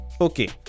Okay